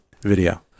video